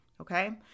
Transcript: okay